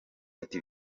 ati